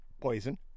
poison